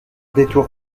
détour